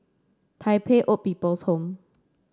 Tai Pei Old People's Home